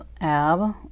Ab